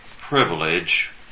privilege